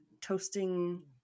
toasting